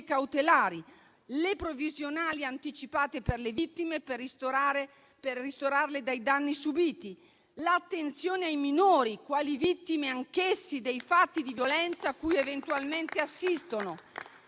cautelari; alle provvisionali anticipate per le vittime, per ristorarle dai danni subiti; all'attenzione ai minori quali vittime anch'essi dei fatti di violenza a cui eventualmente assistono.